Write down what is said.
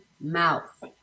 mouth